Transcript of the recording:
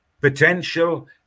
potential